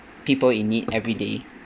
people in need every day